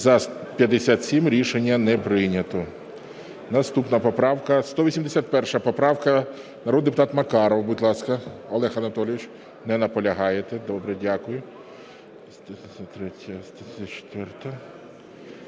За-81 Рішення не прийнято.